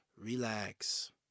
Relax